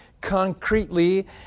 concretely